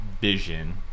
vision